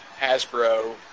Hasbro